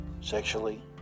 sexually